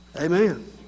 Amen